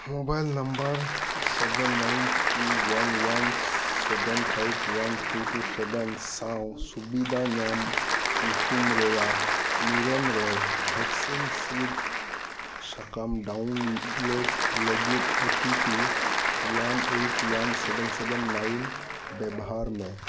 mobile number seven nine two one one seven five one two two seven ᱥᱟᱶ ᱥᱩᱵᱤᱫᱟ ᱧᱟᱢ ᱧᱩᱛᱩᱢ ᱨᱮᱭᱟᱜ ᱱᱤᱨᱚᱢ ᱨᱮ ᱵᱷᱮᱠᱥᱤᱱ ᱥᱤᱫᱽ ᱰᱟᱣᱩᱱᱞᱳᱰ ᱞᱟᱹᱜᱤᱫ O T P one eight one seven seven nine ᱵᱮᱵᱚᱦᱟᱨ ᱢᱮ